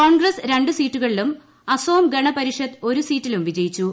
കോൺഗ്രസ് രണ്ട് സീറ്റുകളിലും അസോം ഗണ പരിഷത്ത് ഒരു സീറ്റിലും വിജയിച്ചു